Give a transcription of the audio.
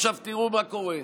תראו מה קורה.